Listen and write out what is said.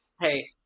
hey